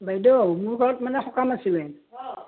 বাইদেউ মোৰ ঘৰত মানে সকাম আছিলে